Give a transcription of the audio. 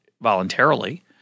voluntarily